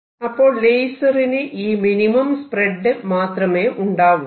അപ്പോൾ ലേസറിന് ഈ മിനിമം സ്പ്രെഡ് മാത്രമേ ഉണ്ടാവുള്ളൂ